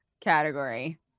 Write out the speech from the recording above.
category